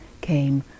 came